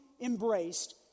embraced